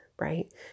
right